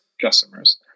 customers